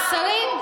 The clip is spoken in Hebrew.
השרים,